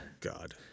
God